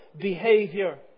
behavior